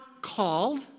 called